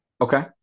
Okay